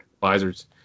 visors